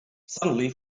suddenly